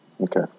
Okay